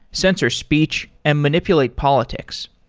sensor speech, and manipulate politics.